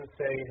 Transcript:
say